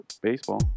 baseball